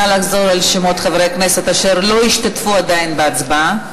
נא לחזור על שמות חברי הכנסת אשר לא השתתפו עדיין בהצבעה.